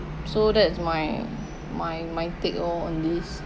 so that's my my my take oh on this